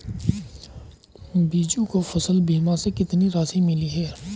बीजू को फसल बीमा से कितनी राशि मिली है?